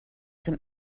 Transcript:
zum